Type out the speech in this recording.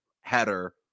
header